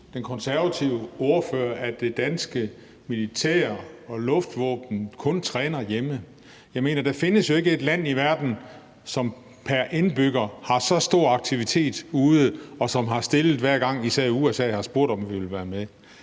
den konservative ordfører, at det danske militær og luftvåben kun træner hjemme? Jeg mener, der findes jo ikke et land i verden, som pr. indbygger har så stor aktivitet ude, og som har stillet op, hver gang især USA har spurgt, om vi ville være med.